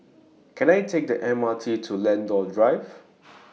Can I Take The M R T to Lentor Drive